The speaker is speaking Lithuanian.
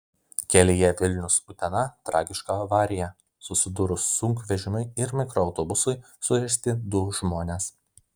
kelyje vilnius utena tragiška avarija susidūrus sunkvežimiui ir mikroautobusui sužeisti du žmonės